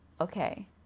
okay